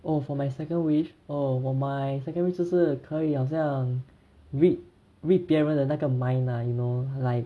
oh for my second wish orh my second wish 就是可以好像 read read 别人的那个 mind lah you know like